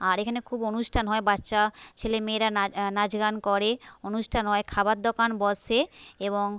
আর এখানে খুব অনুষ্ঠান হয় বাচ্চা ছেলেমেয়েরা নাচগান করে অনুষ্ঠান হয় খাবার দোকান বসে এবং